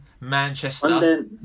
Manchester